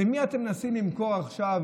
למי אתם מנסים למכור עכשיו